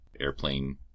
airplane